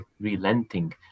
relenting